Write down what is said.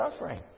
suffering